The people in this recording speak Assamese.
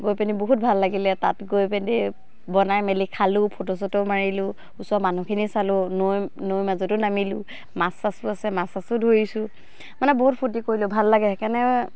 গৈ পিনি বহুত ভাল লাগিলে তাত গৈ পিনি বনাই মেলি খালোঁ ফটো চটো মাৰিলো ওচৰৰ মানুহখিনি চালোঁ নৈ নৈৰ মাজতো নামিলোঁ মাছ চাচো আছে মাছ চাচো ধৰিছোঁ মানে বহুত ফূৰ্তি কৰিলোঁ ভাল লাগে সেইকাৰণে